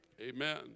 Amen